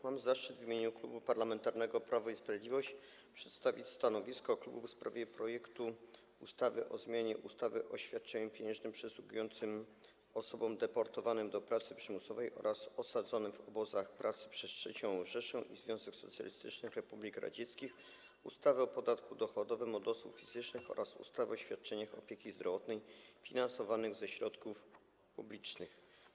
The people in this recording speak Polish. Mam zaszczyt w imieniu Klubu Parlamentarnego Prawo i Sprawiedliwość przedstawić stanowisko klubu w sprawie projektu ustawy o zmianie ustawy o świadczeniu pieniężnym przysługującym osobom deportowanym do pracy przymusowej oraz osadzonym w obozach pracy przez III Rzeszę i Związek Socjalistycznych Republik Radzieckich, ustawy o podatku dochodowym od osób fizycznych oraz ustawy o świadczeniach opieki zdrowotnej finansowanych ze środków publicznych.